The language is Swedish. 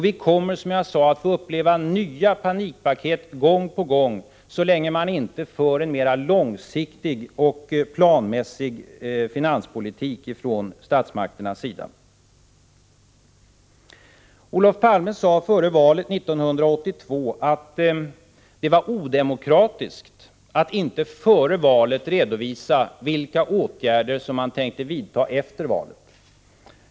Vi kommer, som jag sade, att presenteras nya panikpaket gång på gång, så länge statsmakterna inte för en mera långsiktig och planmässig finanspolitik. Före valet 1982 sade Olof Palme att det var odemokratiskt att inte före valet redovisa vilka åtgärder man tänker vidta efter valet.